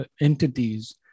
entities